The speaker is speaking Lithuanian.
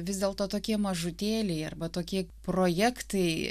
vis dėlto tokie mažutėliai arba tokie projektai